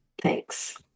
Thanks